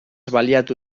baliatu